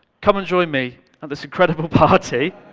come and join me at this incredible party.